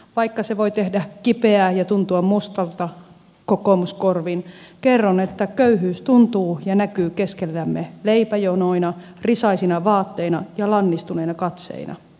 vaikka se voi tehdä kipeää ja tuntua mustalta kokoomuskorviin kerron että köyhyys tuntuu ja näkyy keskellämme leipäjonoina risaisina vaatteina ja lannistuneina katseina